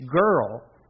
girl